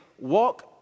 walk